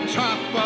top